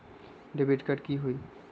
Debit card की होई?